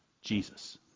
Jesus